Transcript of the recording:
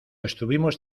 estuvimos